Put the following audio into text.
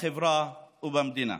בחברה ובמדינה.